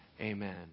Amen